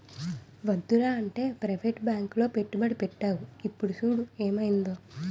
వద్దురా అంటే ప్రవేటు బాంకులో పెట్టుబడి పెట్టేవు ఇప్పుడు చూడు ఏమయిందో